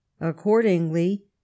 Accordingly